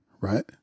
right